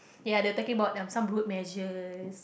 ya they're talking about some road measures